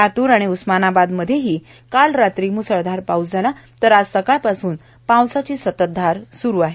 लातूर आणि उस्मानाबाद इथंही काल रात्री मुसळधार पाऊस झालाए तर आज सकाळपासून पावसाची संततधार स्रुच आहे